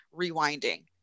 rewinding